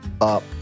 up